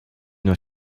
nur